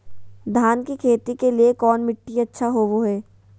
धान की खेती के लिए कौन मिट्टी अच्छा होबो है?